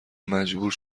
مجبور